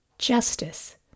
Justice